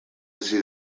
hasi